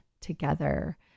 together